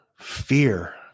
fear